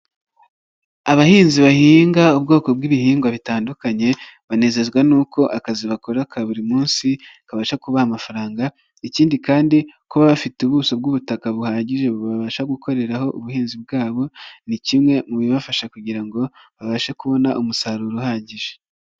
Abahinzi bahinga ubwoko bw'ibihingwa bitandukanye banezezwa nuko akazi bakora ka buri munsi kabasha kubaha amafaranga ikindi kandi kuba bafite ubuso bw'ubutaka buhagije babasha gukoreraho ubuhinzi bwabo ni kimwe mu bibafasha kugira ngo babashe kubona umusaruro uhagije.